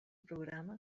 programa